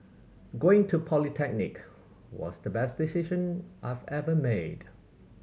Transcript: going to polytechnic was the best decision I've ever made